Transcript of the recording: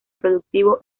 productivo